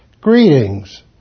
Greetings